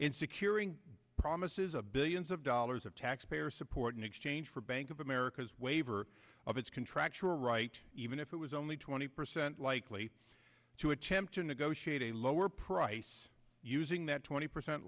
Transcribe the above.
in securing promises of billions of dollars of taxpayer support in exchange for bank of america's waiver of its contractual right even if it was only twenty percent likely to attempt to negotiate a lower price using that twenty percent